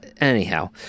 Anyhow